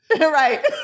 Right